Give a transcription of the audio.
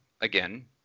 again